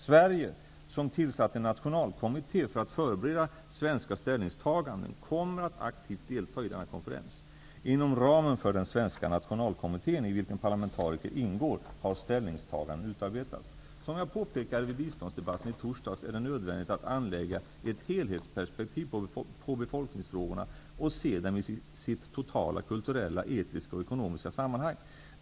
Sverige, som tillsatt en nationalkommitté för att förbereda svenska ställningstaganden, kommer att aktivt delta i denna konferens. Inom ramen för den svenska nationalkommittén, i vilken parlamentariker ingår, har ställningstaganden utarbetats. Som jag påpekade vid biståndsdebatten i torsdags är det nödvändigt att anlägga ett helhetsperspektiv på befolkningsfrågorna och se dem i sitt totala kulturella, etiska och ekonomiska sammanhang.